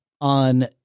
on